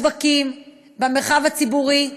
בשווקים, במרחב הציבורי,